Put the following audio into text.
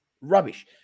rubbish